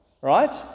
right